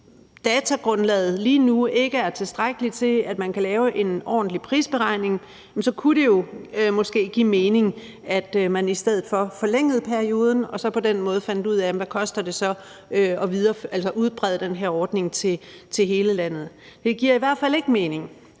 hvis datagrundlaget lige nu ikke er tilstrækkeligt til, at man kan lave en ordentlig prisberegning, kunne det måske give mening, at man i stedet for forlængede perioden og på den måde fandt ud af, hvad det så koster at udbrede den her ordning til hele landet. Det giver i hvert fald ikke mening,